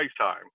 Facetime